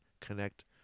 connect